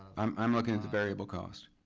i'm i'm looking at the variable costs.